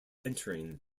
entering